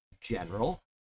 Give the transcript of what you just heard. general